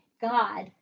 God